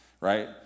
right